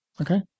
Okay